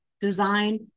design